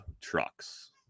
trucks